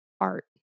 art